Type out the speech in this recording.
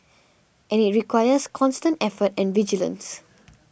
and it requires constant effort and vigilance